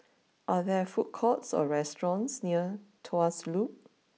are there food courts or restaurants near Tuas Loop